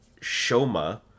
Shoma